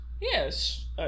yes